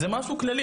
זה משהו כללי.